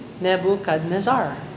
Nebuchadnezzar